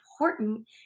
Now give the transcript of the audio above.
important